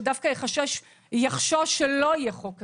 שדווקא יחשוש ממצב שלא יהיה חוק כזה.